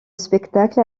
spectacle